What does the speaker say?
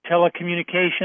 telecommunications